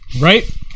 Right